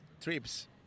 trips